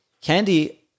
candy